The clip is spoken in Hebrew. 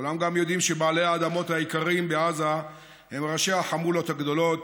כולנו גם יודעים שבעלי האדמות העיקריים בעזה הם ראשי החמולות הגדולות,